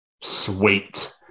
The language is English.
Sweet